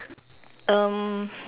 um